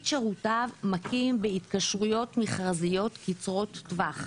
שירותיו מקים בהתקשרויות מכרזיות קצרות טווח.